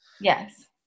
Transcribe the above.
yes